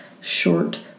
short